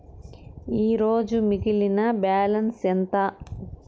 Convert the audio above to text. ఈరోజు మిగిలిన బ్యాలెన్స్ ఎంత?